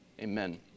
amen